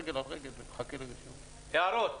הערות?